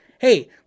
hey